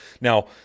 Now